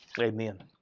Amen